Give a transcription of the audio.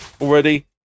already